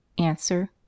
Answer